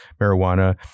marijuana